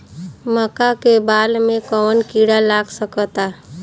मका के बाल में कवन किड़ा लाग सकता?